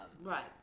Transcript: Right